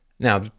Now